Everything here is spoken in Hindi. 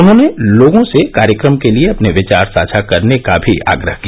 उन्होंने लोगों से कार्यक्रम के लिए अपने विचार साझा करने का भी आग्रह किया